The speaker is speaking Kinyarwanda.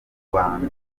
bantu